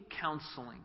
counseling